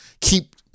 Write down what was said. keep